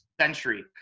century